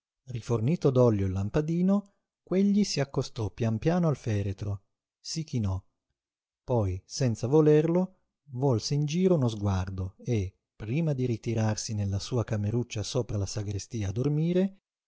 d'olio il lampadino quegli si accostò pian piano al feretro si chinò poi senza volerlo volse in giro uno sguardo e prima di ritirarsi nella sua cameruccia sopra la sagrestia a dormire